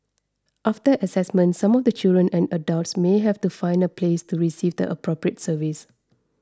after assessment some of the children and adults may have to find a place to receive the appropriate service